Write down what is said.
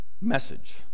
message